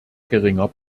geringer